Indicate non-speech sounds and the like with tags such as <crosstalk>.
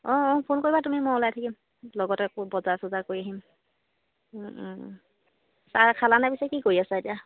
অঁ অঁ ফোন কৰিবা তুমি মই ওলাই থাকিম লগতে <unintelligible> বজাৰ চজাৰ কৰি আহিম চাহ খালানে পিছে কি কৰি আছা এতিয়া